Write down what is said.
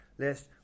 Lest